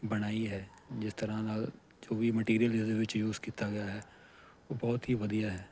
ਬਣਾਈ ਹੈ ਜਿਸ ਤਰ੍ਹਾਂ ਨਾਲ ਜੋ ਵੀ ਮਟੀਰੀਅਲ ਇਸਦੇ ਵਿੱਚ ਯੂਸ ਕੀਤਾ ਗਿਆ ਹੈ ਉਹ ਬਹੁਤ ਹੀ ਵਧੀਆ ਹੈ